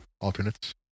Alternates